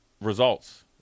results